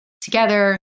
together